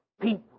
people